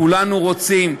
כולנו רוצים,